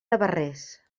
navarrés